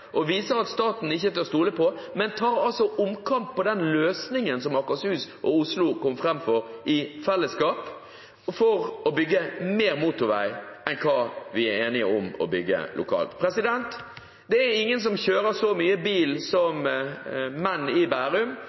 og viser at staten ikke er til å stole på og tar omkamp på den løsningen som Akershus og Oslo kom fram til i fellesskap, for å bygge mer motorvei enn det vi lokalt er enige om å bygge. Det er ingen som kjører så mye bil som menn i Bærum,